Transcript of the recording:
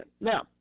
Now